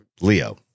Leo